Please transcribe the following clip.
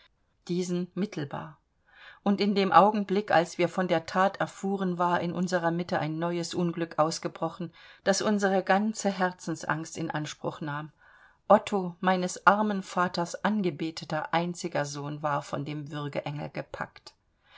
diesen mittelbar und in dem augenblick als wir von der that erfuhren war in unserer mitte ein neues unglück ausgebrochen das unsere ganze herzensangst in anspruch nahm otto meines armen vaters angebeteter einziger sohn war von dem würgeengel gepackt